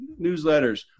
newsletters